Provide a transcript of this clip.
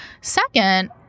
Second